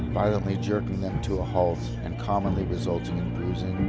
violently jerking them to a halt, and commonly resulting in bruising,